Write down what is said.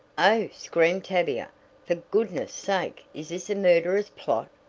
oh! screamed tavia for goodness' sake is this a murderous plot?